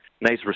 nice